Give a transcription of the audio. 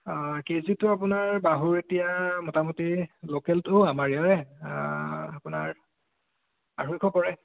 কেজিতো আপোনাৰ বাহুৰ এতিয়া মোটামুটি লোকেলটো আমাৰ ইয়াৰে আপোনাৰ আঢ়ৈশ পৰে